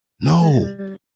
No